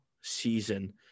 season